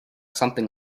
something